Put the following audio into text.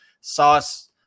Sauce